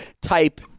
type